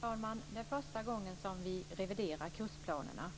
Fru talman! Det är första gången som vi reviderar kursplanerna.